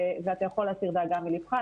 ואתה יכול להסיר דאגה מליבך,